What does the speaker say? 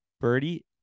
birdie